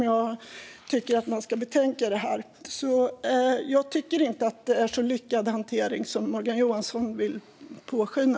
Jag tycker inte att hanteringen har varit så lyckad som Morgan Johansson vill låta påskina.